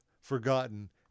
forgotten